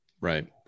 Right